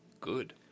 good